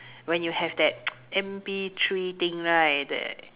when you have that M_P three thing right